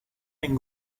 and